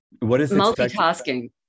Multitasking